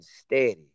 steady